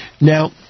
Now